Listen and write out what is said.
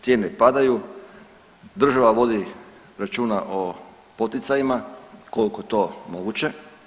Cijene padaju, država vodi računa o poticajima, koliko je to moguće.